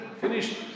finished